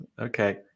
Okay